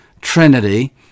Trinity